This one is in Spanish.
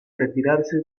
retirarse